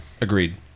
agreed